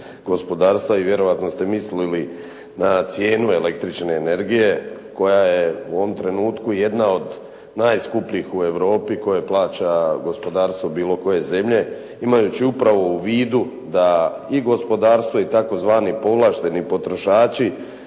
gospodarstva i vjerojatno ste mislili na cijenu električne energije koja je u ovom trenutku jedna od najskupljih u Europi koja plaća gospodarstvo bilo koje zemlje. Imajući upravo u vidu da i gospodarstvo i tzv. povlašteni potrošači